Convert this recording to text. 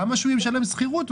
למה שהוא ישלם שכירות?